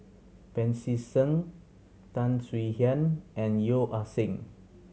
Pancy Seng Tan Swie Hian and Yeo Ah Seng